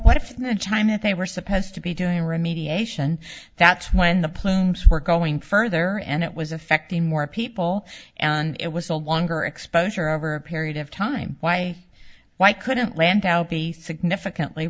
the time that they were supposed to be doing remediation that's when the plumes were going further and it was affecting more people and it was a longer exposure over a period of time why why couldn't land out be significantly